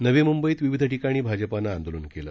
नवी म्ंबईत विविध ठिकाणी भाजपानं आंदोलन केलं